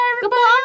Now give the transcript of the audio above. Goodbye